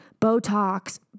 Botox